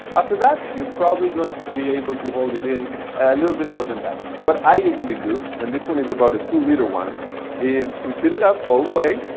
after that you're probably going to be able to hold it in a little bit more than that. what i usually do and this one is about a two litter one is to fill it up all the way,